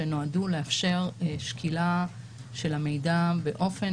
שנועדו לאפשר שקילה של המידע באופן